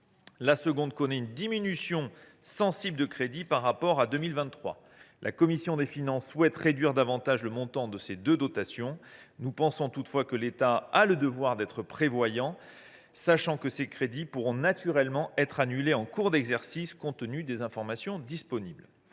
La seconde connaît une diminution sensible de crédits par rapport à 2023. La commission des finances souhaite réduire davantage le montant de ces deux dotations. Nous pensons toutefois que l’État a le devoir d’être prévoyant, sachant que ces crédits pourront naturellement être annulés en cours d’exercice compte tenu des informations disponibles.